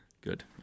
Good